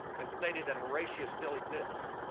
and stated that horatio still exists,